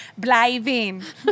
Bliving